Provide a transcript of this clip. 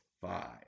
five